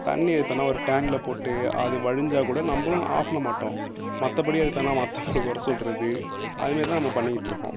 தண்ணி இப்போ என்ன ஒரு டேங்க்கில் போட்டு அது வழிஞ்சால்க் கூட நம்மளும் ஆஃப் பண்ண மாட்டோம் மற்றபடி அது இப்போ என்ன மற்றவுங்கள குறை சொல்கிறது அது மாரி தான் நம்ம பண்ணிக்கிட்டு இருக்கோம்